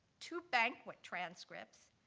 two banquet transcripts,